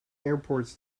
airports